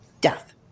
death